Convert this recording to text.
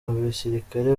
abasirikare